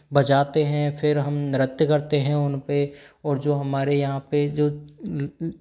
बजाते हैं फिर हम नृत्य करते हैं उनपे और जो हमारे यहाँ पे जो